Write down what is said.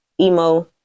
emo